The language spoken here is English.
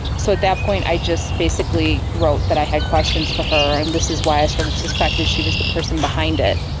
so at that point i just basically wrote that i had questions for her and this is why i sort of suspected she was the person behind it.